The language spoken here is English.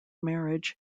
marriage